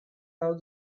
out